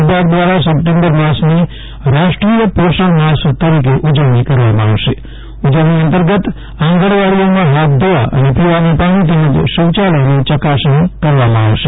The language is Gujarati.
વિભાગ દ્વારા સપ્ટેમ્બર માસની રાષ્ટ્રીય પોષણ માસ તરીકે ઉજવણી કરવામાં આવશે ઉજવણી અંતર્ગત આગણવાડીઓમાં ફાથ ધોવા અને પીવાના પાણી તેમજ શૌચાલયની ચકાસણી કરવામાં આવશે